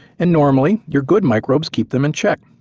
and normally your good microbes keep them in check,